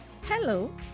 Hello